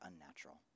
unnatural